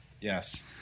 Yes